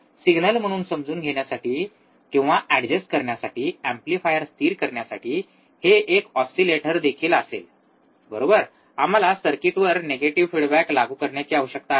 signal समजून घेण्यासाठी किंवा ऍडजस्ट करण्यासाठी एम्प्लिफायर स्थिर करण्यासाठी हे एक ऑसीलेटर देखील असेल बरोबर आम्हाला सर्किटवर निगेटिव्ह फिडबॅक लागू करण्याची आवश्यकता आहे